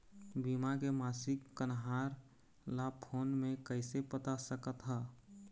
बीमा के मासिक कन्हार ला फ़ोन मे कइसे पता सकत ह?